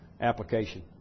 application